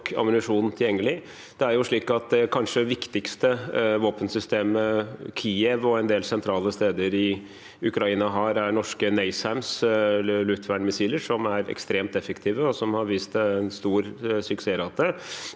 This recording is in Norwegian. nok ammunisjon tilgjengelig. Det er slik at det kanskje viktigste våpensystemet Kyiv og en del sentrale steder i Ukraina har, er norske NASAMS luftvernmissiler, som er ekstremt effektive og har vist en høy suksessrate,